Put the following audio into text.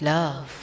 Love